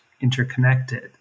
interconnected